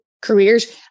careers